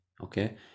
Okay